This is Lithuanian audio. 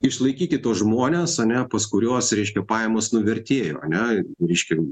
išlaikyti tuos žmones ane pas kuriuos reiškia pajamos nuvertėjo ane reiškia